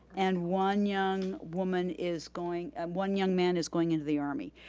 and one young woman is going, and one young man is going into the army.